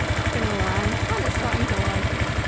not gonna lie. i'm kinda starting to like it